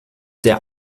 der